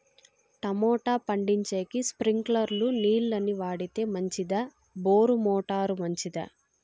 Tomato పండించేకి స్ప్రింక్లర్లు నీళ్ళ ని వాడితే మంచిదా బోరు మోటారు మంచిదా?